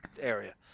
area